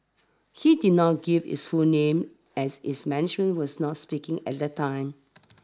he did not give his full name as his management was not speaking at that time